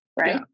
right